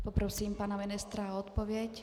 Poprosím pana ministra o odpověď.